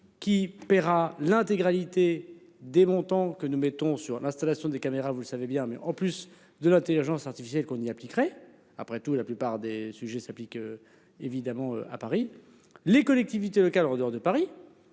qui paiera l'intégralité des montants que nous mettons sur l'installation des caméras. Vous le savez bien mais en plus de l'Intelligence artificielle qu'on il appliquerait après tout la plupart des sujets s'applique évidemment à Paris. Les collectivités locales, en dehors de Paris.